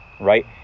right